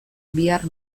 bihar